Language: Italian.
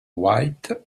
white